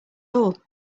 all